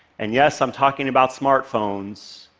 and yes, i'm talking about smartphones.